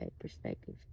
perspective